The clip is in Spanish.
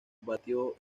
batió